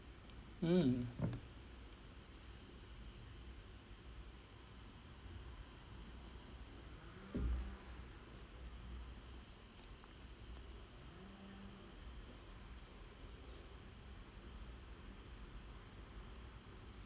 mm